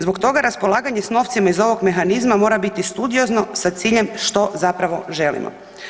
Zbog toga raspolaganje s novcima iz ovog mehanizma mora biti studiozno sa ciljem što zapravo želimo.